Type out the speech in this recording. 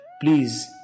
please